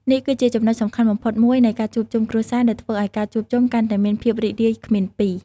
នេះគឺជាចំណុចសំខាន់បំផុតមួយនៃការជួបជុំគ្រួសារ ដែលធ្វើឲ្យការជួបជុំកាន់តែមានភាពរីករាយគ្មានពីរ។